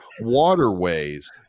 waterways